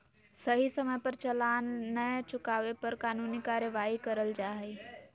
सही समय पर चालान नय चुकावे पर कानूनी कार्यवाही करल जा हय